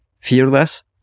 fearless